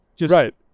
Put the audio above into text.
Right